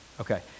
Okay